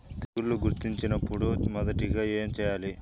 తెగుళ్లు గుర్తించినపుడు మొదటిగా ఏమి చేయాలి?